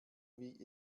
wie